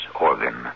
organ